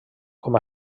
com